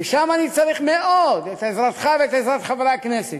ושם אני צריך מאוד את עזרתך ואת עזרת חברי הכנסת,